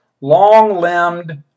Long-limbed